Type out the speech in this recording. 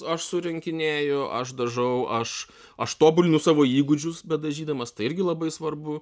aš surinkinėju aš dažau aš aš tobulinu savo įgūdžius bedažydamas tai irgi labai svarbu